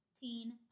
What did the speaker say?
Teen